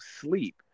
sleep